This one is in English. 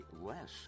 less